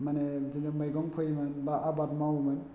माने बिदिनो मैगं फोयोमोन बा आबाद मावोमोन